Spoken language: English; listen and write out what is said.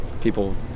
people